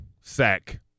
sack